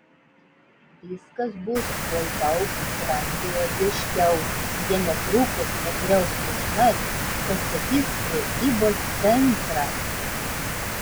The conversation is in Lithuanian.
viskas bus tuoj daug grandioziškiau jie netrukus nugriaus lūšnas pastatys prekybos centrą